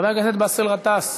חבר הכנסת באסל גטאס,